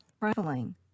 traveling